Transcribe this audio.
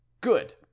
Good